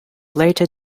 later